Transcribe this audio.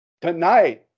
tonight